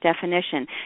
definition